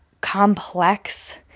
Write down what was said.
complex